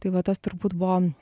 tai va tos turbūt buvo